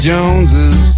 Joneses